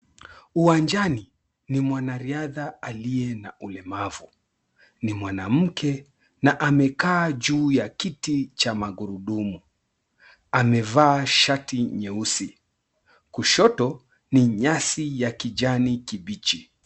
Uwanjani ni mwanariadha aliye na ulemavu, ni mwanamke na amekaa juu ya kiti cha magurudumu. Amevaa shati nyeusi. Kushoto ni nyasi ya kijani kibichi.